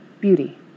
beauty